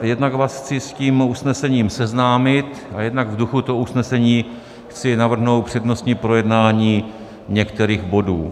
Jednak vás chci s tím usnesením seznámit a jednak v duchu toho usnesení chci navrhnout přednostní projednání některých bodů.